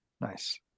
nice